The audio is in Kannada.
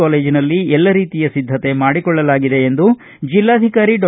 ಕಾಲೇಜಿನಲ್ಲಿ ಎಲ್ಲ ರೀತಿಯ ಸಿದ್ದತೆ ಮಾಡಿಕೊಳ್ಳಲಾಗಿದೆ ಎಂದು ಜಿಲ್ಲಾಧಿಕಾರಿ ಡಾ